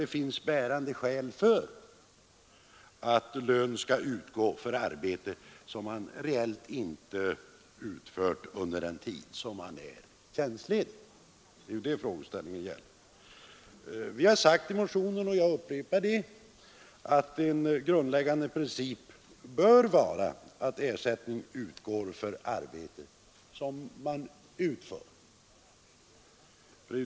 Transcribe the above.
Det finns inte bärande skäl för att lön skall utgå för arbete som man reellt inte utfört under den tid man är tjänstledig. Vi har sagt i motionen, och jag upprepar det, att en grundläggande princip bör vara att ersättning utgår för arbete som man utför.